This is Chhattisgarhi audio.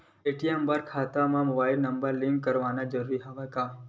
ए.टी.एम बर खाता ले मुबाइल नम्बर लिंक करवाना ज़रूरी हवय का?